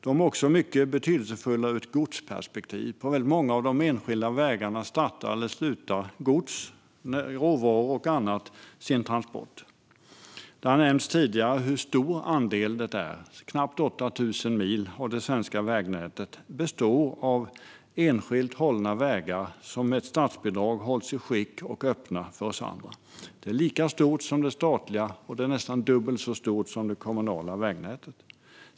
Knappt 8 000 mil av det svenska vägnätet består av enskilt hållna vägar som med ett statsbidrag hålls i skick och är öppna för oss andra. Det är lika stort som det statliga vägnätet och nästan dubbelt så stort som det kommunala. De enskilda vägarna är också mycket betydelsefulla ur ett godstransportperspektiv. På väldigt många av de enskilda vägarna startar eller avslutar gods, råvaror och annat sin transport. Det har nämnts tidigare hur stor den andelen är.